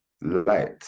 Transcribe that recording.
light